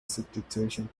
substitution